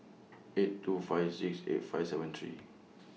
eight two five six eight five seven three